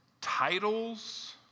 titles